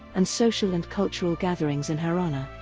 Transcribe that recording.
and social and cultural gatherings in her honor.